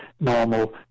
normal